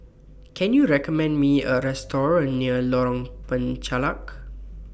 Can YOU recommend Me A Restaurant near Lorong Penchalak